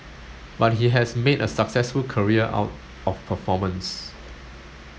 but he has made a successful career out of performance